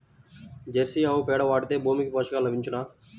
Jersey ఆవు పేడ వాడితే భూమికి పోషకాలు లభించునా?